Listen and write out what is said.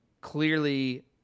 clearly –